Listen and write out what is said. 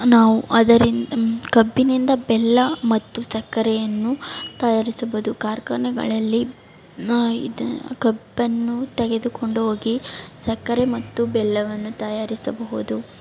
ನಾವು ಅದರಿಂದ ಕಬ್ಬಿನಿಂದ ಬೆಲ್ಲ ಮತ್ತು ಸಕ್ಕರೆಯನ್ನು ತಯಾರಿಸಬಹುದು ಕಾರ್ಖಾನೆಗಳಲ್ಲಿ ನಾವು ಇದನ್ನ ಕಬ್ಬನ್ನು ತೆಗೆದುಕೊಂಡು ಹೋಗಿ ಸಕ್ಕರೆ ಮತ್ತು ಬೆಲ್ಲವನ್ನು ತಯಾರಿಸಬಹುದು